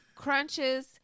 crunches